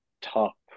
top